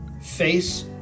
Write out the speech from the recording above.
face